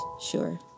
sure